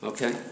Okay